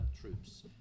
troops